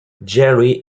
jerry